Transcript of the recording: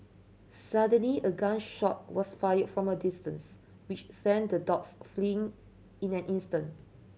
suddenly a gun shot was fire from a distance which sent the dogs fleeing in an instant